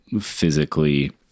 physically